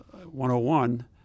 101